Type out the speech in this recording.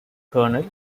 colonel